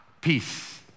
Peace